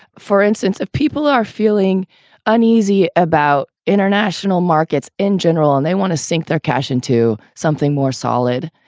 for instance, if people are feeling uneasy about international markets in general and they want to sink their cash in to something more solid,